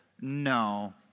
no